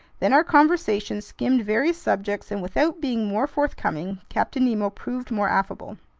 then our conversation skimmed various subjects, and without being more forthcoming, captain nemo proved more affable.